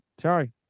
Sorry